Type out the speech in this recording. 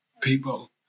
people